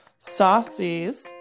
saucies